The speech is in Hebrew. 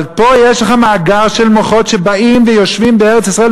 אבל פה יש לך מאגר של מוחות שבאים ויושבים בארץ-ישראל,